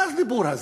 מה הדיבור הזה,